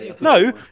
No